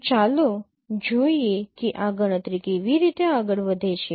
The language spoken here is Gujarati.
તો ચાલો જોઈએ કે આ ગણતરી કેવી રીતે આગળ વધે છે